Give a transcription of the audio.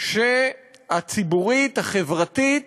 הציבורית החברתית